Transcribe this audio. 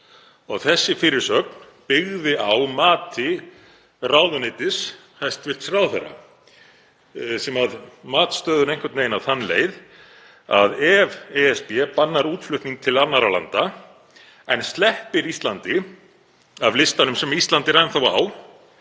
Þessi fyrirsögn byggði á mati ráðuneytis hæstv. ráðherra sem mat stöðuna einhvern veginn á þá leið að ef ESB bannar útflutning til annarra landa en sleppir Íslandi af listanum, sem Ísland er enn á,